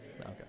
Okay